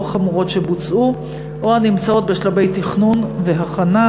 חמורות שבוצעו או נמצאות בשלבי תכנון והכנה.